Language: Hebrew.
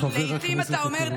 לעיתים אתה אומר,